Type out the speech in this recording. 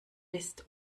ist